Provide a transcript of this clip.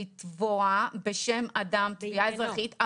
לתבוע בשם אדם תביעה אזרחית,